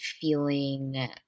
feeling